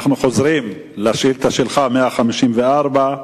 אנחנו חוזרים לשאילתא שלך, שאילתא מס' 154: